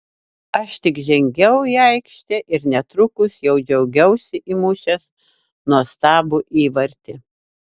aš tik žengiau į aikštę ir netrukus jau džiaugiausi įmušęs nuostabų įvartį